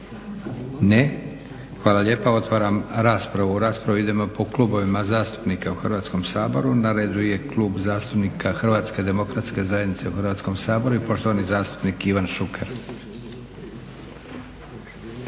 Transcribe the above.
Ne. Hvala lijepa. Otvaram raspravu. U raspravu idemo po klubovima zastupnika u Hrvatskom saboru. Na redu je Klub zastupnika HDZ-a u Hrvatskom saboru i poštovani zastupnik Ivan Šuker.